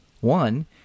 One